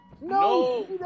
no